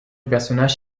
personnage